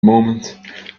moment